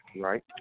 Right